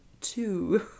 two